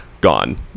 Gone